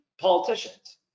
politicians